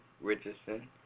Richardson